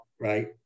right